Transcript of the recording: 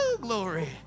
glory